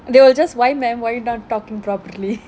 they will just why man why you not talking properly